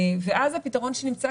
ואז הפתרון שנמצא,